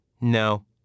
No